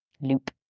loop